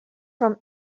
from